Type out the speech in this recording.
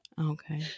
Okay